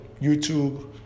YouTube